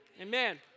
Amen